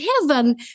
heaven